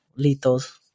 Litos